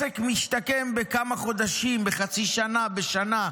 עסק משתקם בכמה חודשים, בחצי שנה, בשנה,